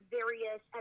various